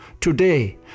Today